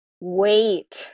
wait